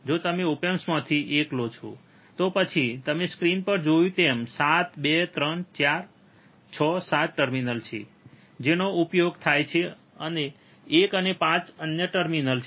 જો તમે ઓપ એમ્પમાંથી એક લો છો તો પછી તમે સ્ક્રીન પર જોયું તેમ 7 2 3 4 6 7 ટર્મિનલ છે જેનો ઉપયોગ થાય છે અને 1 અને 5 અન્ય ટર્મિનલ છે